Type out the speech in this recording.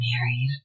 married